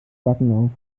backen